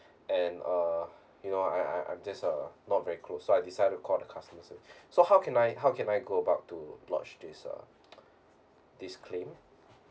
and uh you know I I I'm just uh not very close so I decide to call the customer service so how can I how can I go about to lodge this uh this claim